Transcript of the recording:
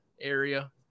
area